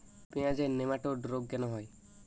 পেঁয়াজের নেমাটোড রোগ কেন হয়?